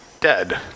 dead